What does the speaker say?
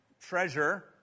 treasure